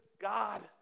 God